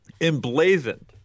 emblazoned